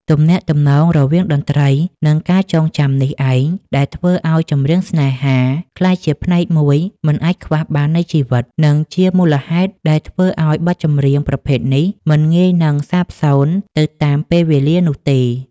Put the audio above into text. ទំនាក់ទំនងរវាងតន្ត្រី និងការចងចាំនេះឯងដែលធ្វើឱ្យ ចម្រៀងស្នេហា ក្លាយជាផ្នែកមួយមិនអាចខ្វះបាននៃជីវិត និងជាមូលហេតុដែលធ្វើឱ្យបទចម្រៀងប្រភេទនេះមិនងាយនឹងសាបសូន្យទៅតាមពេលវេលានោះទេ។